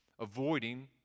avoiding